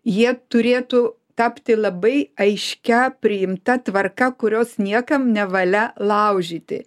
jie turėtų tapti labai aiškia priimta tvarka kurios niekam nevalia laužyti